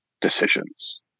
decisions